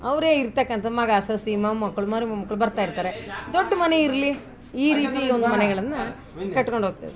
ಅವರೇ ಇರ್ತಕ್ಕಂಥ ಮಗ ಸೊಸೆ ಮೊಮ್ಮಕ್ಕಳು ಮರಿ ಮೊಮ್ಮಕ್ಕಳು ಬರ್ತಾ ಇರ್ತಾರೆ ದೊಡ್ಡ ಮನೆ ಇರಲಿ ಈ ರೀತಿ ಒಂದು ಮನೆಗಳನ್ನು ಕಟ್ಕೊಂಡು ಹೋಗ್ತಿದೆ